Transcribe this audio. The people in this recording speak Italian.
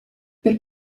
per